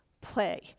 Play